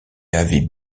avaient